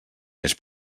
més